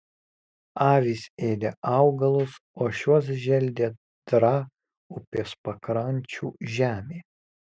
avys ėdė augalus o šiuos želdė draa upės pakrančių žemė